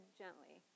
gently